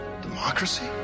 Democracy